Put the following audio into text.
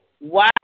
Wow